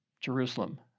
Jerusalem